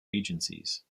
agencies